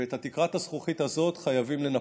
ואת תקרת הזכוכית הזאת חייבים לנפץ.